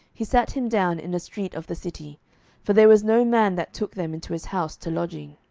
he sat him down in a street of the city for there was no man that took them into his house to lodging.